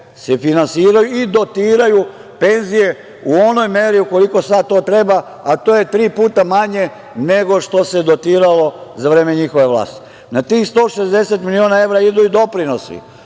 se finansiraju i dotiraju penzije u onoj meri koliko sada to treba, a to je tri puta manje nego što se dotiralo za vreme njihove vlasti. Na tih 160 miliona evra idu i doprinosi,